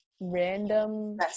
random